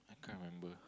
I can't remember